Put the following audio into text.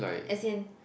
as in